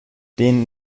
den